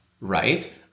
right